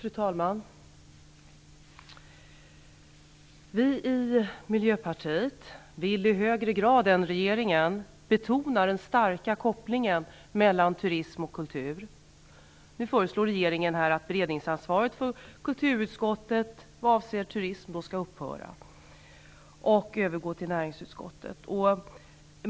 Fru talman! Vi i Miljöpartiet vill i högre grad än regeringen betona den starka kopplingen mellan turism och kultur. Nu föreslår regeringen här att beredningsansvaret för kulturutskottet vad avser turism skall upphöra och att det skall övergå till näringsutskottet.